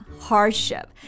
hardship